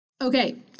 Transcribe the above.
Okay